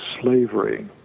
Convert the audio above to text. slavery